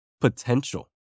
potential